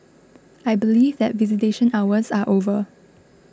I believe that visitation hours are over